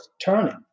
turning